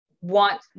want